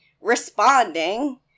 responding